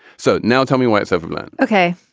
so now tell me why it's over okay.